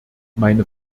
meine